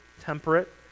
temperate